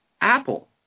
Apple